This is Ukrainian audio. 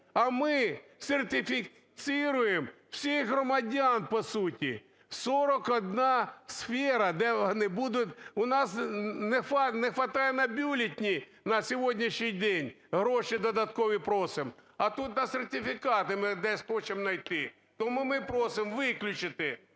А ми сертифіцируємо всіх громадян по суті. 41 сфера, де вони будуть… У нас не хватає на бюлетені на сьогоднішній день, гроші додаткові просимо. А тут на сертифікати ми десь хочемо найти. Тому ми просимо виключити